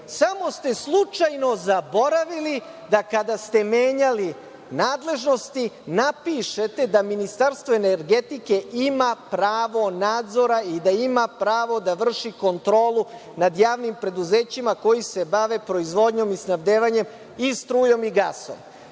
Samo ste slučajno zaboravili da kada ste menjali nadležnosti napišete da Ministarstvo energetike ima pravo nadzora i da ima pravo da vrši kontrolu nad javnim preduzećima koja se bave proizvodnjom i snabdevanjem i strujom i gasom. Dakle,